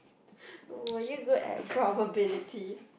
were you good at probability